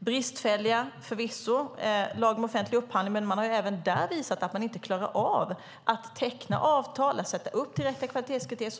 det är bristfälligt. Vi har förvisso lagen om offentlig upphandling, men man har även där visat att man inte klarar av att teckna avtal eller sätta upp direkta kvalitetskriterier.